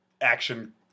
action